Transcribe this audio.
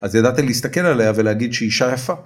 אז ידעתם להסתכל עליה ולהגיד שהיא אישה יפה